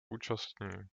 účastní